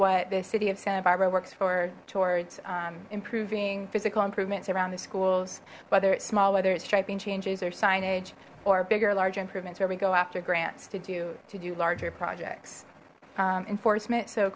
what the city of santa barbara works for towards improving physical improvements around the schools whether it's small whether it's striping changes or signage or bigger large improvements where we go after grants to do to do larger projects enforcement so